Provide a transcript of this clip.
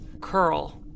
curl